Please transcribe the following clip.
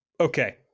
Okay